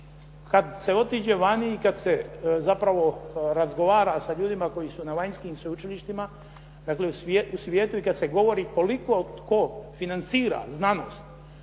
Kada se otiđe vani i kada se zapravo razgovara sa ljudima koji su na vanjskim sveučilištima dakle, u svijetu i kada se govori koliko tko financira znanost